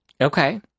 Okay